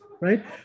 right